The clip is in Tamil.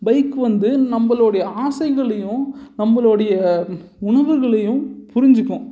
பைக்கு வந்து நம்மளோடய ஆசைகளையும் நம்மளோடைய உணர்வுகளையும் புரிஞ்சிக்கும்